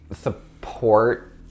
support